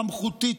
סמכותית,